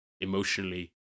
emotionally